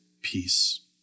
peace